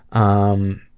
um.